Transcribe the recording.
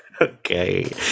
okay